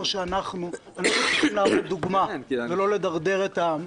שאנחנו לא צריכים להוות דוגמה ולא לדרדר את העם.